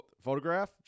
Photograph